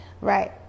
right